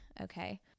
okay